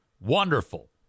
Wonderful